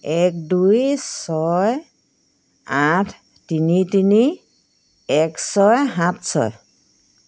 এক দুই ছয় আঠ তিনি তিনি এক ছয় সাত ছয়